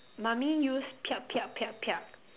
mommy use